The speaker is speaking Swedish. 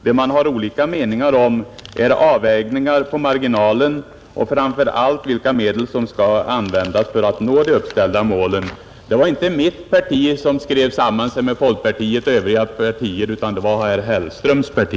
Det man har olika meningar om är avvägningar på marginalen och framför allt vilka medel som skall användas för att nå de uppställda målen.” Det var inte mitt parti som skrev sig samman med folkpartiet och övriga borgerliga partier, utan det var herr Hellströms parti.